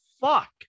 fuck